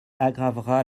aggravera